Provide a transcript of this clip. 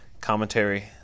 commentary